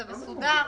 זה מסודר?